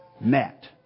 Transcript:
met